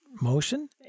motion